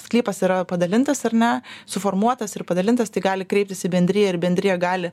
sklypas yra padalintas ar ne suformuotas ir padalintas tai gali kreiptis į bendriją ir bendrija gali